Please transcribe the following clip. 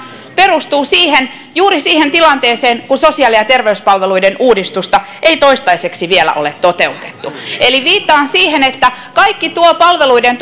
perustuu juuri siihen tilanteeseen kun sosiaali ja terveyspalveluiden uudistusta ei toistaiseksi vielä ole toteutettu eli viittaan siihen että kaikki tuo palveluiden